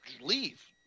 Leave